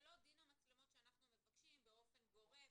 זה לא דין המצלמות שאנחנו מבקשים באופן גורף.